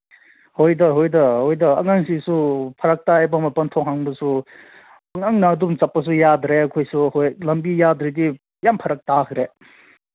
ꯍꯣꯏꯗ ꯍꯣꯏꯗ ꯍꯣꯏꯗ ꯑꯉꯥꯡꯁꯤꯡꯁꯨ ꯐꯔꯛ ꯇꯥꯏꯌꯦꯕ ꯃꯄꯥꯟ ꯊꯣꯛꯍꯟꯕꯁꯨ ꯉꯟꯅ ꯑꯗꯨꯝ ꯆꯠꯄꯁꯨ ꯌꯥꯗ꯭ꯔꯦ ꯑꯩꯈꯣꯏꯁꯨ ꯑꯩꯈꯣꯏ ꯂꯝꯕꯤ ꯌꯥꯗ꯭ꯔꯗꯤ ꯌꯥꯝ ꯐꯔꯛ ꯇꯥꯈ꯭ꯔꯦ